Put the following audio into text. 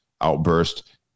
outburst